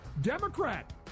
Democrat